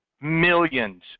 millions